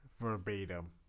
verbatim